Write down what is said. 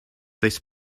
this